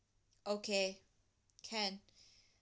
okay can